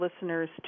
listeners